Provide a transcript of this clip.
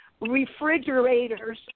refrigerators